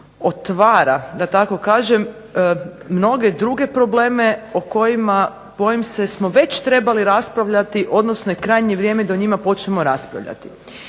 otvara, da tako kažem mnoge druge probleme o kojima bojim se smo već trebali raspravljati odnosno je krajnje vrijeme da počnemo raspravljati.